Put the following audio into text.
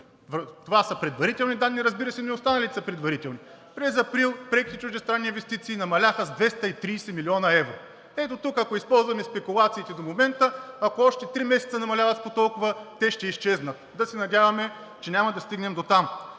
Това са предварителни данни, разбира се, но и останалите са предварителни. През месец април преките чуждестранни инвестиции намаляха с 230 млн. евро. Ето тук, ако използваме спекулациите до момента, ако още три месеца намаляват с по толкова, те ще изчезнат. Да се надяваме, че няма да стигнем дотам.